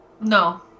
No